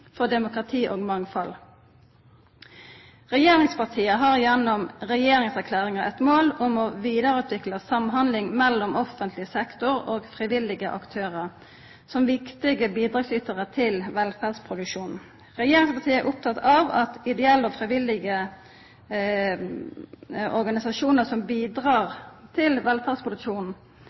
for demokrati og mangfald. Regjeringspartia har gjennom regjeringserklæringa eit mål om å vidareutvikla samhandling mellom offentleg sektor og frivillige aktørar som viktige bidragsytarar til velferdsproduksjonen. Regjeringspartia er opptekne av at ideelle og frivillige organisasjonar som bidreg til